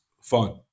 fun